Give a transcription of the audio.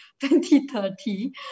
2030